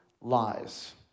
lies